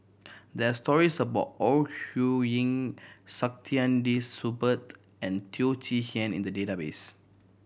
there are stories about Ore Huiying Saktiandi Supaat and Teo Chee Hean in the database